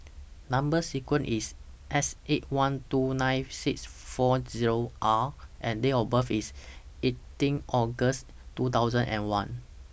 Number sequence IS S eight one two nine six four Zero R and Date of birth IS eighteen August two thousand and one